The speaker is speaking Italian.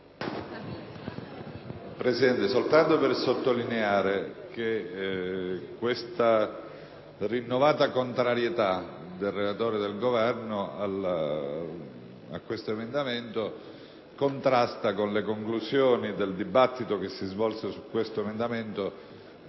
*(PD)*. Vorrei sottolineare che questa rinnovata contrarietà del relatore e del Governo all'emendamento 15.205 contrasta con le conclusioni del dibattito che si svolse su questo emendamento